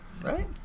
right